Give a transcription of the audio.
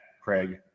craig